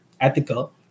ethical